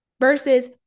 Versus